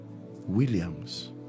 Williams